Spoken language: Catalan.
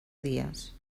dies